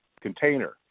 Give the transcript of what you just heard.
container